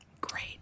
Great